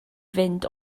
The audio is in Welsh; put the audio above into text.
fynd